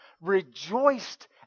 rejoiced